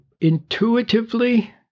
intuitively